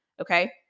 Okay